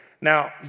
Now